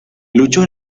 luchó